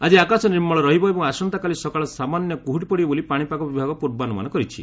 ଆଜି ଆକାଶ ନିର୍ମଳ ରହିବ ଏବଂ ଆସନ୍ତାକାଲି ସକାଳେ ସାମାନ୍ୟ କୁହୁଡ଼ି ପଡ଼ିବ ବୋଲି ପାଶିପାଗ ବିଭାଗ ପୂର୍ବାନୁମାନ କରିଛି